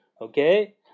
Okay